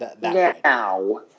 Now